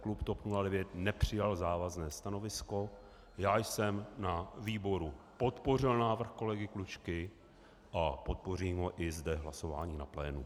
Klub TOP 09 nepřijal závazné stanovisko, já jsem na výboru podpořil návrh kolegy Klučky a podpořím ho i zde hlasováním na plénu.